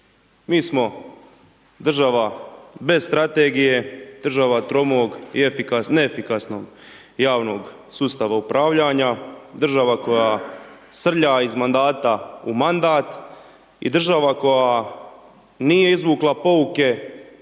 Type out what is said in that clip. Mi smo država bez strategije, država tromog i efikasnog, neefikasnog javnog sustava upravljanja, država koja srlja iz mandata u mandat i država koja nije izvukla pouke